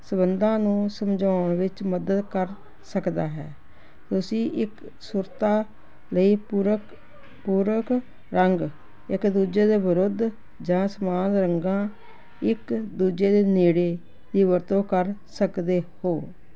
ਸੰਬੰਧਾਂ ਨੂੰ ਸਮਝਾਉਣ ਵਿੱਚ ਮਦਦ ਕਰ ਸਕਦਾ ਹੈ ਤੁਸੀਂ ਇੱਕ ਸੁਰਤਾ ਲਈ ਪੂਰਕ ਪੂਰਕ ਰੰਗ ਇੱਕ ਦੂਜੇ ਦੇ ਵਿਰੁੱਧ ਜਾਂ ਸਮਾਨ ਰੰਗਾਂ ਇੱਕ ਦੂਜੇ ਦੇ ਨੇੜੇ ਦੀ ਵਰਤੋਂ ਕਰ ਸਕਦੇ ਹੋ